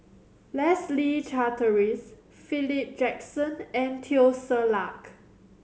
Leslie Charteris Philip Jackson and Teo Ser Luck